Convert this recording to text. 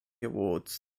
awards